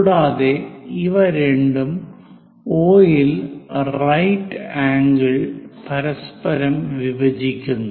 കൂടാതെ ഇവ രണ്ടും O ൽ റൈറ്റ് ആംഗിളിൽ പരസ്പരം വിഭജിക്കുന്നു